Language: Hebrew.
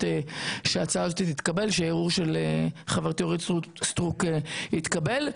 שההצעה הזאת תתקבל וכי הערעור של חברתי אורית סטרוק יתקבל.